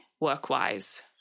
work-wise